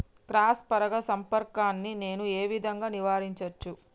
Cross పరాగ సంపర్కాన్ని నేను ఏ విధంగా నివారించచ్చు?